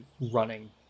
running